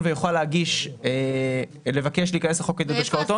ויוכל לבקש להיכנס לחוק עידוד השקעות הון.